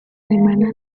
alemana